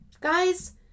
Guys